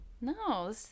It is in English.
no